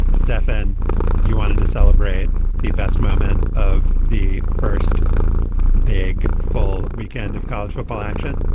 stefan you wanted to celebrate the best moment of the first big full weekend of college football action.